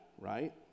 right